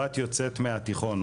בן יוצאת מהתיכון,